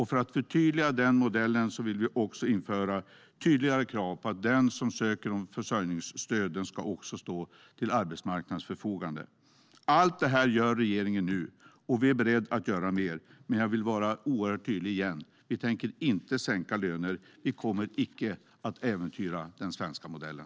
För att förtydliga den modellen vill vi också införa tydligare krav på att den som ansöker om försörjningsstöd ska också stå till arbetsmarknadens förfogande. Allt detta gör regeringen nu, och vi är beredda att göra mer, men jag vill återigen vara oerhört tydlig: Vi tänker inte sänka löner. Vi kommer icke att äventyra den svenska modellen.